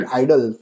idol